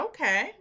Okay